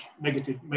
negative